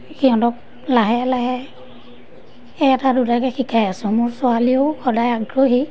সিহঁতক লাহে লাহে এটা দুটাকৈ শিকাই আছোঁ মোৰ ছোৱালীও সদায় আগ্ৰহী